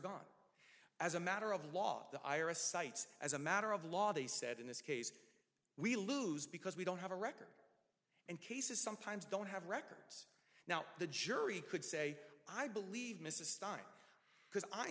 gone as a matter of law the ira cites as a matter of law they said in this case we lose because we don't have a record and cases sometimes don't have records now the jury could say i believe